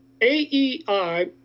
AEI